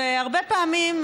והרבה פעמים,